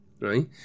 right